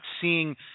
seeing